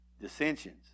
Dissensions